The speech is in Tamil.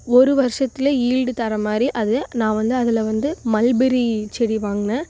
ஒரு வர்ஷத்தில் ஈல்டு தர மாதிரி அது நான் வந்து அதில் வந்து மல்பெரி செடி வாங்கனேன்